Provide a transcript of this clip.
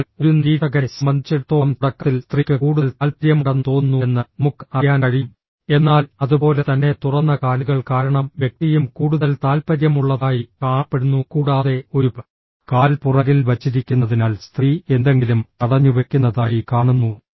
അതിനാൽ ഒരു നിരീക്ഷകനെ സംബന്ധിച്ചിടത്തോളം തുടക്കത്തിൽ സ്ത്രീക്ക് കൂടുതൽ താൽപ്പര്യമുണ്ടെന്ന് തോന്നുന്നുവെന്ന് നമുക്ക് അറിയാൻ കഴിയും എന്നാൽ അതുപോലെ തന്നെ തുറന്ന കാലുകൾ കാരണം വ്യക്തിയും കൂടുതൽ താൽപ്പര്യമുള്ളതായി കാണപ്പെടുന്നു കൂടാതെ ഒരു കാൽ പുറകിൽ വച്ചിരിക്കുന്നതിനാൽ സ്ത്രീ എന്തെങ്കിലും തടഞ്ഞുവെക്കുന്നതായി കാണുന്നു